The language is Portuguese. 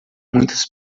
muitas